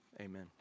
Amen